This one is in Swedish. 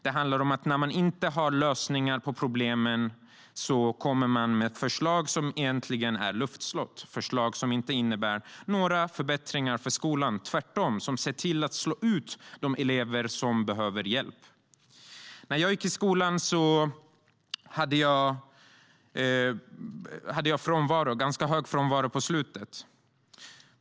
Det handlar om att man när man inte har lösningar på problemen kommer med förslag som egentligen är luftslott, förslag som inte innebär några förbättringar för skolan. Tvärtom ser de till att slå ut de elever som behöver hjälp. När jag gick i skolan hade jag ganska hög frånvaro på slutet.